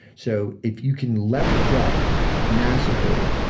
so if you can leverage up massively,